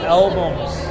albums